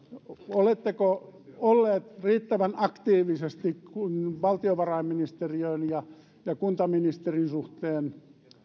oletteko olleet riittävän aktiivisesti valtiovarainministeriön ja ja kuntaministerin suhteen